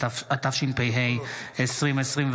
התשפ"ה 2024,